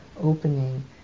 opening